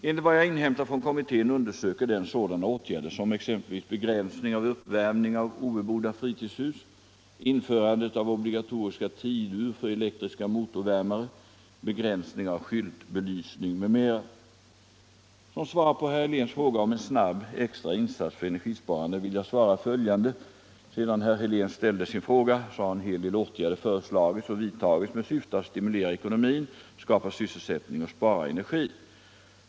Enligt vad jag inhämtat från kommittén undersöker den sådana åtgärder som exempelvis begränsning av uppvärmning av obebodda fritidshus, införandet av obligatoriska tidur för elektriska motorvärmare, begränsning av skyltbelysning m.m. Som svar på herr Heléns fråga om en snabb extra insats för energisparande vill jag svara följande. Sedan herr Helén ställde sin fråga har en hel del åtgärder föreslagits och vidtagits med syfte att stimulera ekonomin, skapa sysselsättning och spara energi.